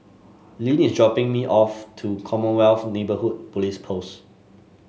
Lynn is dropping me off to Commonwealth Neighbourhood Police Post